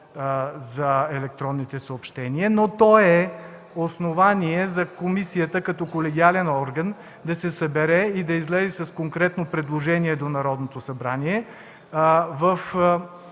за електронните съобщения, но то е основание за комисията, като колегиален орган, да се събере и излезе с конкретно предложение до Народното събрание